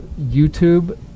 YouTube